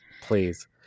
please